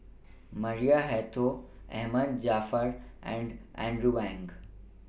Maria Hertogh Ahmad Jaafar and Andrew Ang